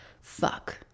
fuck